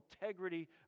integrity